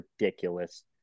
ridiculous